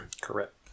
Correct